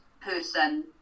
person